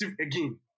again